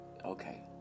Okay